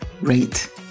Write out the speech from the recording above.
rate